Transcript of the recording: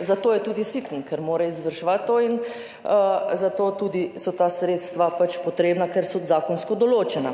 Za to je tudi siten, ker mora izvrševati to. In zato tudi so ta sredstva pač potrebna, ker so zakonsko določena.